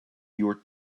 your